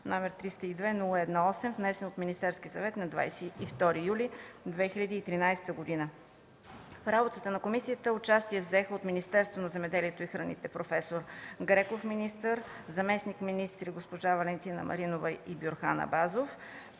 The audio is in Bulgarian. г., № 302-01-8, внесен от Министерския съвет на 22 юли 2013 г. В работата на комисията участие взеха от Министерството на земеделието и храните проф. Греков – министър, заместник-министрите госпожа Валентина Маринова и господин Бюрхан